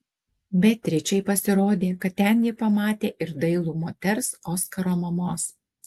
beatričei pasirodė kad ten ji pamatė ir dailų moters oskaro mamos